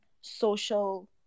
social